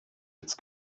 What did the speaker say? jetzt